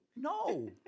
no